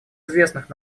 известных